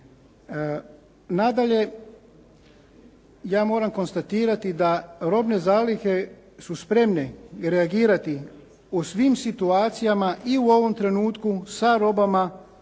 Nadalje, ja moram konstatirati da robne zalihe su spremne reagirati u svim situacijama i u ovom trenutku sa robama